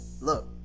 Look